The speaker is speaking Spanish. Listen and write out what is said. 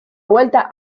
vuelta